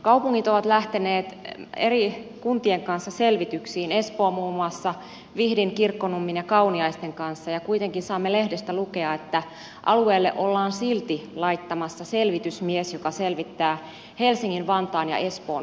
kaupungit ovat lähteneet eri kuntien kanssa selvityksiin muun muassa espoo vihdin kirkkonummen ja kauniaisten kanssa ja kuitenkin saamme lehdestä lukea että alueelle ollaan silti laittamassa selvitysmies joka selvittää helsingin vantaan ja espoon yhdistymistä